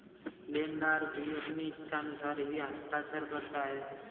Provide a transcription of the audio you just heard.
लेनदार भी अपनी इच्छानुसार ही हस्ताक्षर करता है